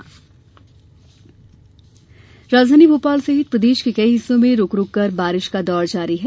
मौसम राजधानी भोपाल सहित प्रदेश के कई हिस्सों में रूक रूककर बारिश का दौर जारी है